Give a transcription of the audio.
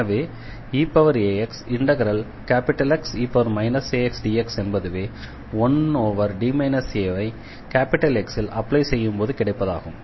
எனவே eaxXe axdx என்பதுவே 1D a ஐ X ல் அப்ளை செய்யும்போது கிடைப்பதாகும்